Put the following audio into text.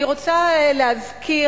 אני רוצה להזכיר,